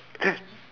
can